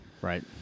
right